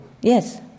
Yes